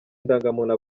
indangamuntu